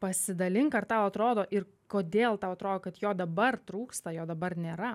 pasidalink ar tau atrodo ir kodėl tau atrodo kad jo dabar trūksta jo dabar nėra